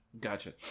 Gotcha